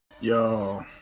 Yo